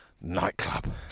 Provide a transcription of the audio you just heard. nightclub